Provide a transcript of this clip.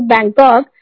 Bangkok